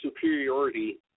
superiority